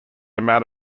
amount